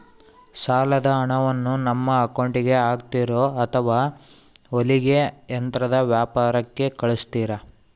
ಸಾಲದ ಹಣವನ್ನು ನಮ್ಮ ಅಕೌಂಟಿಗೆ ಹಾಕ್ತಿರೋ ಅಥವಾ ಹೊಲಿಗೆ ಯಂತ್ರದ ವ್ಯಾಪಾರಿಗೆ ಕಳಿಸ್ತಿರಾ?